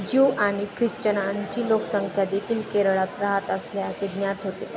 Jew आणि ख्रिश्चनांची लोकसंख्या देखील केरळात राहत असल्याचे ज्ञात होते